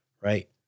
Right